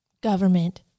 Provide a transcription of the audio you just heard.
government